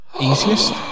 easiest